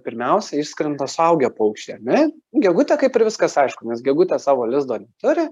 pirmiausiai išskrenda suaugę paukščiai ar ne gegutė kaip ir viskas aišku nes gegutė savo lizdo neturi